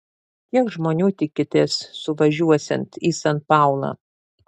kiek žmonių tikitės suvažiuosiant į san paulą